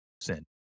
sin